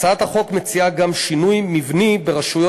בהצעת החוק מוצע גם שינוי מבני ברשויות